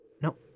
No